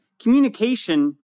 communication